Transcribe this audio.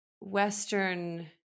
Western